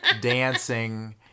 dancing